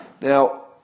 Now